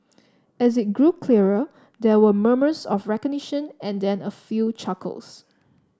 as it grew clearer there were murmurs of recognition and then a few chuckles